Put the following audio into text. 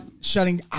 shutting